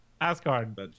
asgard